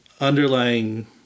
underlying